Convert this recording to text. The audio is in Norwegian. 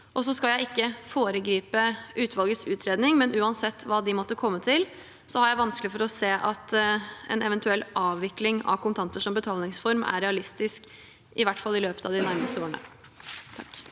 Jeg skal ikke foregripe utvalgets utredning, men uansett hva de måtte komme til, har jeg vanskelig for å se at en eventuell avvikling av kontanter som betalingsform er realistisk, i hvert fall i løpet av de nærmeste årene.